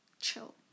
chill